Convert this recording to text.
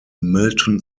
milton